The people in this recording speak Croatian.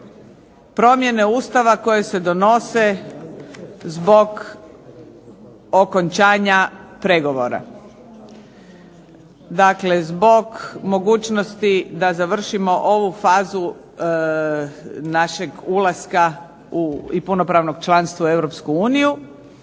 promjene Ustava koje se donose zbog okončanja pregovora. Dakle, zbog mogućnosti da završimo ovu fazu našeg ulaska i punopravnog članstva u